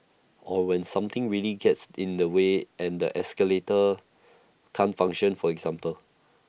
or when something really gets in the way and the escalator can't function for example